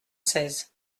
seize